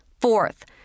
Fourth